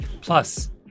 Plus